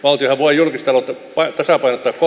outi apua julkistaloutta vai tasapainotettu